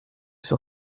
sur